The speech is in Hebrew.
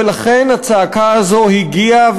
ולכן הצעקה הזו הגיעה,